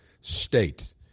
state